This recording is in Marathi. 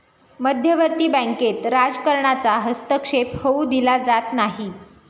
मध्यवर्ती बँकेत राजकारणाचा हस्तक्षेप होऊ दिला जात नाही